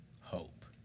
hope